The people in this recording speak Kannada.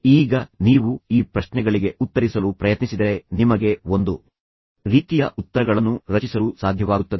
ಈಗ ನೀವು ಈ ಪ್ರಶ್ನೆಗಳಿಗೆ ಉತ್ತರಿಸಲು ಪ್ರಯತ್ನಿಸಿದರೆ ನಿಮಗೆ ಒಂದು ರೀತಿಯ ಉತ್ತರಗಳನ್ನು ರಚಿಸಲು ಸಾಧ್ಯವಾಗುತ್ತದೆ